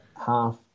half